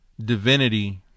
divinity